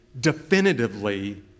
definitively